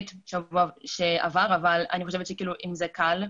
בשבוע שעבר ראיתי מישהו נפטר אבל עדיין אני חושבת שאם זה קל,